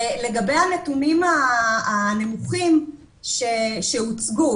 לגבי הנתונים הנמוכים שהוצגו,